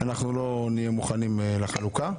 אנחנו לא נהיה מוכנים לחלוקה.